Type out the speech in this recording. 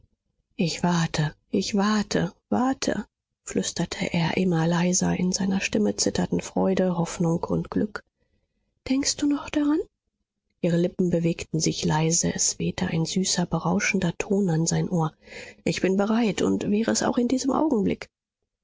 ich warte ich warte warte flüsterte er immer leiser in seiner stimme zitterten freude hoffnung und glück denkst du noch daran ihre lippen bewegten sich leise es wehte ein süßer berauschender ton an sein ohr ich bin bereit und wäre es auch in diesem augenblick